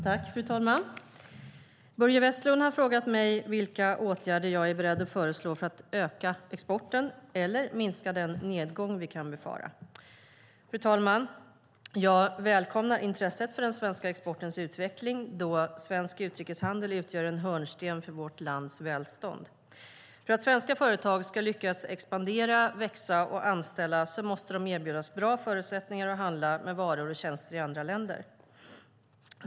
Fru talman! Börje Vestlund har frågat mig vilka åtgärder jag är beredd att föreslå för att öka exporten eller minska den nedgång vi kan befara. Fru talman! Jag välkomnar intresset för den svenska exportens utveckling då svensk utrikeshandel utgör en hörnsten för vårt lands välstånd. För att svenska företag ska lyckas expandera, växa och anställa måste de erbjudas bra förutsättningar att handla med varor och tjänster i andra länder.